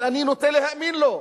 אבל אני נוטה להאמין לו.